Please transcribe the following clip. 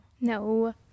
No